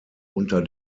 unter